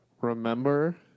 remember